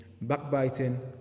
backbiting